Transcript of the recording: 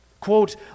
Quote